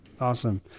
Awesome